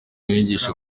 inyigisho